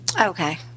Okay